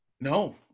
No